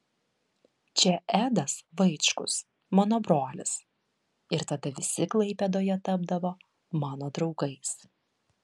čia edas vaičkus mano brolis ir tada visi klaipėdoje tapdavo mano draugais